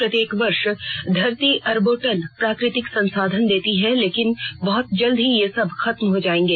प्रत्येक वर्ष धरती अरबों टन प्राकृतिक संसाधन देती है लेकिन बहुत जल्द ही ये सब खत्म हो जाएंगे